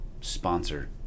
sponsor